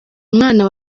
umwana